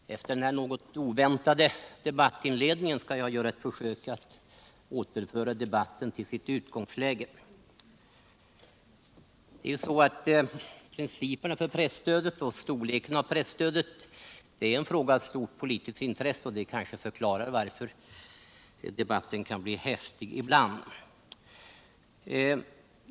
Herr talman! Efter den här något oväntade debattinledningen skall jag göra ett försök att återföra debatten till dess utgångsläge. Principerna för presstödet och storleken av presstödet är en fråga av stort politiskt intresse. Det kanske förklarar varför debatten kan bli häftig ibland.